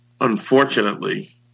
Unfortunately